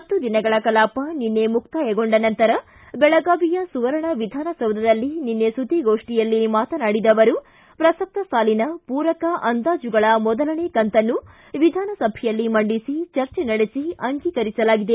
ಹತ್ತು ದಿನಗಳ ಕಲಾಪ ನಿನ್ನೆಗೆ ಮುಕ್ತಾಯಗೊಂಡ ನಂತರ ಬೆಳಗಾವಿಯ ಸುವರ್ಣ ವಿಧಾನಸೌಧದಲ್ಲಿ ನಿನ್ನೆ ಸುದ್ದಿಗೋಷ್ಠಿಯಲ್ಲಿ ಮಾತನಾಡಿದ ಅವರು ಪ್ರಸಕ್ತ ಸಾಲಿನ ಪೂರಕ ಅಂದಾಜುಗಳ ಮೊದಲನೇ ಕಂತನ್ನು ವಿಧಾನಸಭೆಯಲ್ಲಿ ಮಂಡಿಸಿ ಚರ್ಚೆ ನಡೆಸಿ ಅಂಗೀಕರಿಸಲಾಗಿದೆ